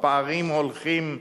הפערים הולכים ונשארים.